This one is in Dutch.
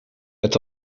het